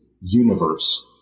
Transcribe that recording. universe